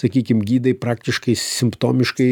sakykim gydai praktiškai simptomiškai